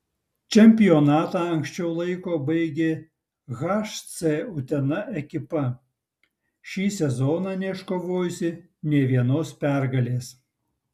čempionatą anksčiau laiko baigė hc utena ekipa šį sezoną neiškovojusi nė vienos pergalės